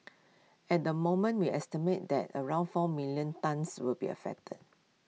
at the moment we estimate that around four million tonnes will be affected